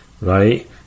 right